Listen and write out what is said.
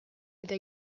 eta